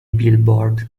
billboard